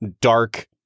dark